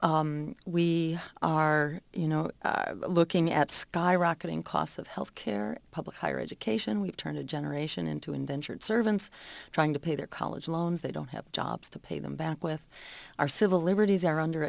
we are you know looking at skyrocketing costs of health care public higher education we've turned a generation into indentured servants trying to pay their college loans they don't have jobs to pay them back with our civil liberties are under